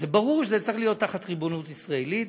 ברור שזה צריך להיות תחת ריבונות ישראלית,